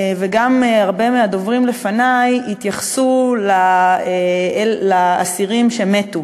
וגם הרבה מהדוברים לפני התייחסו לאסירים שמתו